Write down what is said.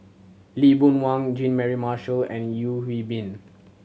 Lee Boon Wang Jean Mary Marshall and Yeo Hwee Bin